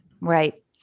Right